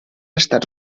estat